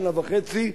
שנה וחצי,